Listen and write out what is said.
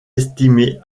estimée